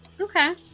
Okay